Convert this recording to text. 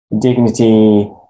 dignity